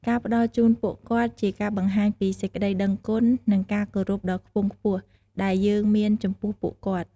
ការផ្តល់ជូនពួកគាត់ជាការបង្ហាញពី សេចក្តីដឹងគុណ និងការគោរពដ៏ខ្ពង់ខ្ពស់ដែលយើងមានចំពោះពួកគាត់។